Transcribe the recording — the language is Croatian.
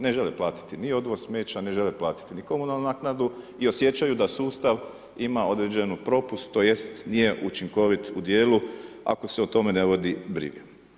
Ne žele platiti ni odvoz smeća, ne žele platiti ni komunalnu naknadu i osjećaju da sustav ima određeni propust tj. nije učinkovit u dijelu ako se o tome ne vodi briga.